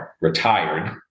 retired